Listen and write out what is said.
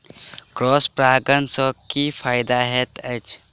Cross परागण सँ की फायदा हएत अछि?